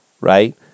Right